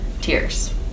Tears